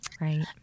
right